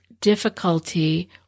difficulty